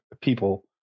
people